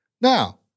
Now